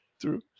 true